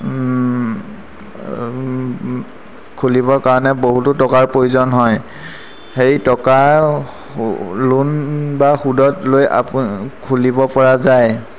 খুলিবৰ কাৰণে বহুতো টকাৰ প্ৰয়োজন হয় সেই টকা লোণ বা সুদত লৈ খুলিবপৰা যায়